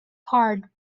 card